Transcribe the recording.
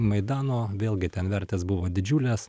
maidano vėlgi ten vertės buvo didžiulės